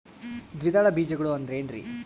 ದ್ವಿದಳ ಬೇಜಗಳು ಅಂದರೇನ್ರಿ?